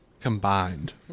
combined